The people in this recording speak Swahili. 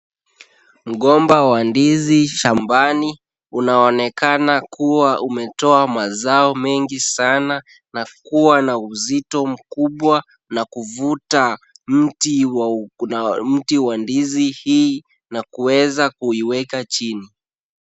Mgomba wa ndizi shambani. Unaonekana kuwa umetoa mazao mengi sana na kuwa na uzito mkubwa na kuvuta mti wa ndizi hii na kuweza kuiweka chini.